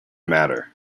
matter